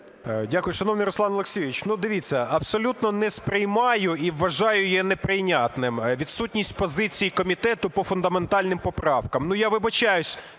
Дякую. Шановний Руслан Олексійович, дивіться, абсолютно не сприймаю і вважаю є неприйнятним відсутність позиції комітету по фундаментальним поправкам.